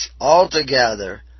altogether